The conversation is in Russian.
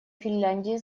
финляндии